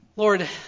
Lord